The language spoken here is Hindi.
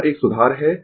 तो यह एक सुधार है